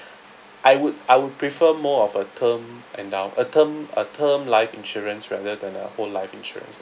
I would I would prefer more of a term endow a term a term life insurance rather than a whole life insurance